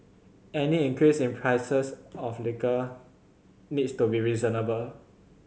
any increase in prices of liquor needs to be reasonable